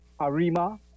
Arima